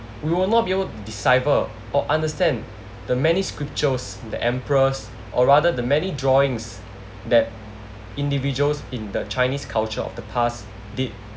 we will not be able to decipher or understand the many scriptures the emperors or rather the many drawings that individuals in the chinese culture of the past did